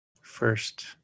first